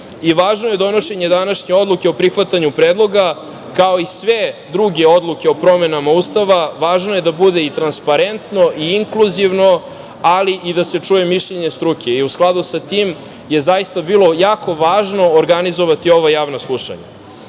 je donošenje današnje odluke o prihvatanju predloga, kao i sve druge odluke o promenama Ustava, važno je da bude transparentno i inkluzivno, ali i da se čuje mišljenje struke. U skladu sa tim je zaista bilo jako važno organizovati ova javna